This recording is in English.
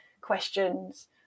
questions